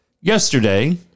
Yesterday